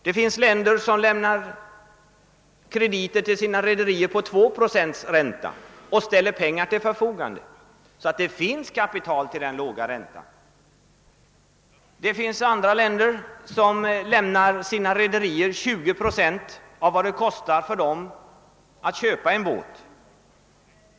Vissa länder ger krediter till sina rederier till 2 procents ränta, andra länder lämnar sina rederier 20 procent av kostnaderna för en båt.